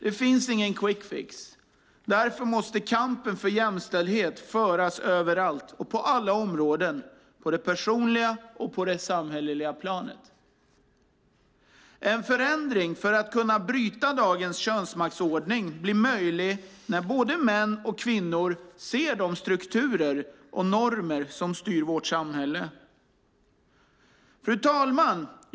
Det finns ingen quick fix. Därför måste kampen för jämställdhet föras överallt och på alla områden, på det personliga och på det samhälleliga planet. En förändring för att kunna bryta dagens könsmaktsordning blir möjlig när både män och kvinnor ser de strukturer och normer som styr vårt samhälle. Fru talman!